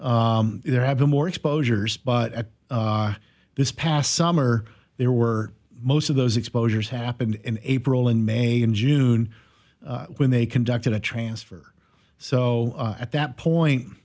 there have been more exposures but at this past summer there were most of those exposures happened in april and may in june when they conducted a transfer so at that point